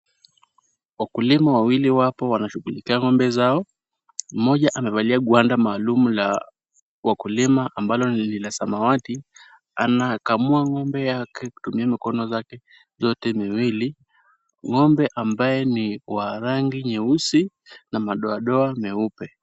Wakulima wawili wapo wanashughulikia ng'ombe zao . Mmoja amevalia gwanda maalum la wakulima ambalo ni la samawati, anakamua ng'ombe yake kutumia mikono zake zote miwili . Ng'ombe ambaye ni wa rangi nyeusi na madoadoa meupe.